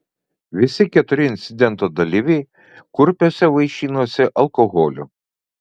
visi keturi incidento dalyviai kurpiuose vaišinosi alkoholiu